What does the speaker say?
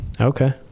Okay